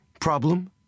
Problem